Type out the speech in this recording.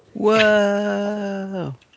Whoa